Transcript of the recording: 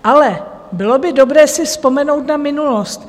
Ale bylo by dobré si vzpomenout na minulost.